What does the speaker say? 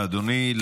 תודה רבה, אדוני.